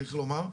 צריך לומר.